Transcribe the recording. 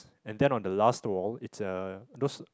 and then on the last wall it's a those